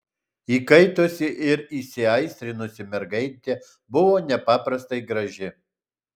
įkaitusi ir įsiaistrinusi mergaitė buvo nepaprastai graži